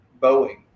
Boeing